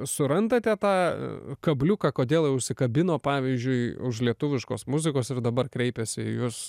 surandate tą kabliuką kodėl užsikabino pavyzdžiui už lietuviškos muzikos ir dabar kreipiasi į jus